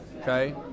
Okay